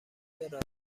راننده